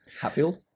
Hatfield